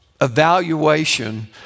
evaluation